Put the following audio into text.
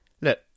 Look